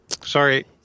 sorry